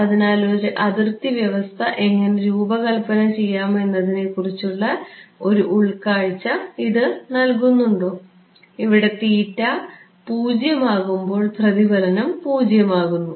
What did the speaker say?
അതിനാൽ ഒരു അതിർത്തി വ്യവസ്ഥ എങ്ങനെ രൂപകൽപ്പന ചെയ്യാം എന്നതിനെക്കുറിച്ചുള്ള ഉൾക്കാഴ്ച ഇത് നൽകുന്നുണ്ടോ ഇവിടെ 0 ആകുമ്പോൾ പ്രതിഫലനം 0 ആകുന്നു